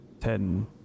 ten